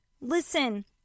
Listen